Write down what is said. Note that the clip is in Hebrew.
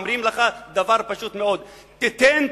אומרים לך דבר פשוט מאוד: תיתן,